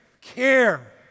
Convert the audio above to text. care